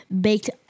baked